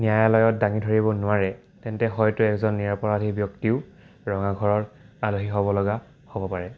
ন্যায়ালয়ত দাঙি ধৰিব নোৱাৰে তেন্তে হয়তো এজন নিৰপৰাধি ব্যক্তিও ৰঙাঘৰৰ আলহী হ'ব লগা হ'ব পাৰে